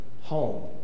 home